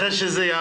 אחרי שהוא יעבור.